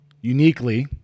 Uniquely